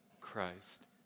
Christ